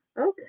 Okay